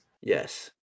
Yes